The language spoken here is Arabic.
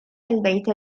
البيت